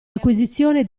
acquisizione